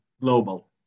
global